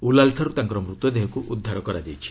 ଉଲାଲ୍ଠାରୁ ତାଙ୍କର ମୃତ୍ୟୁଦେହକୁ ଉଦ୍ଧାର କରାଯାଇଛି